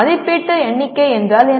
மதிப்பீட்டு எண்ணிக்கை என்றால் என்ன